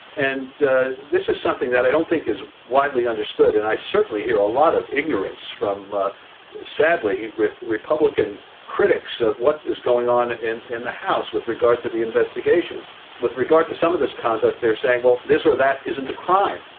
and this is something that i don't think is widely understood and i certainly hear a lot of ignorance from ah sadly republican critics of what is going on in in the house with regard to the investigation with regard to some of this conduct. they're saying well this or that isn't a crime.